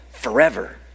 forever